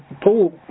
Paul